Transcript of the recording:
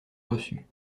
reçue